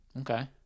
okay